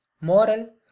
moral